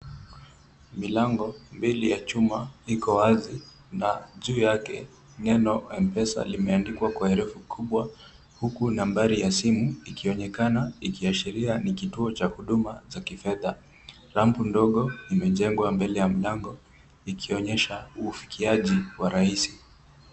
Milango mbili ya chuma iko wazi na juu yake neno Mpesa limeandikwa kwa herufi kubwa huku nambari ya simu ikionekana ikiashiria ni kituo cha huduma za kifedha. Rampu ndogo imejengwa mbele ya mlango ikionyesha ufikiaji wa rahisi.